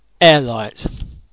Airlight